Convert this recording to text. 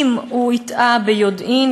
אם הוא הטעה ביודעין,